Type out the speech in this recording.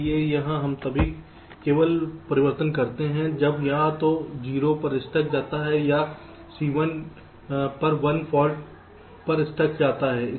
इसलिए यहां हम केवल तभी परिवर्तन करते हैं जब या तो 0 पर स्टक जाता है या Cl पर 1 फाल्ट पर स्टक जाता है